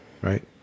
right